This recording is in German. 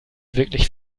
wirklich